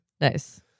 Nice